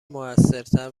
موثرتر